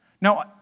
Now